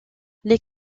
les